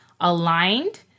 aligned